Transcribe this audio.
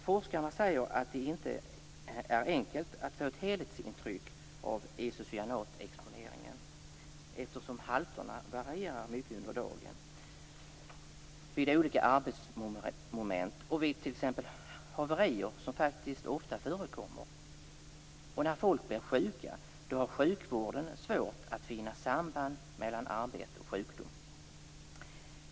Forskarna säger att det inte är enkelt att få ett helhetsintryck av isocyanatexponeringen eftersom halterna varierar mycket under dagen, vid olika arbetsmoment och vid t.ex. haverier, som faktiskt ofta förekommer. När människor blir sjuka har sjukvården svårt att finna samband mellan arbete och sjukdom.